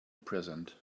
present